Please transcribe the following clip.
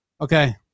Okay